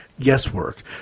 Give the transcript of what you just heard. guesswork